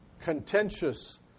contentious